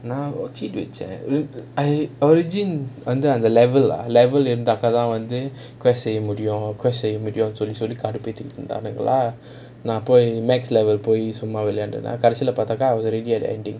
நான்:naan cheat வெச்சேன்:vechaen I origins வந்து அந்த:vanthu antha level level இருந்தாகத்தான்:irunthaakaathaan quest செய்ய முடியும்:seiya mudiyum quest செய்ய முடியும்:seiya mudiyum maximum level போய் விளையாண்டன கடைசில பாத்தாக்கா:poi vilaiyaandana kadaisila paathaakaa I was already at the ending